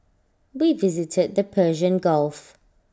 we visited the Persian gulf